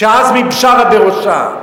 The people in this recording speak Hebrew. כשעזמי בשארה בראשה.